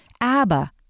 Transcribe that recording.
Abba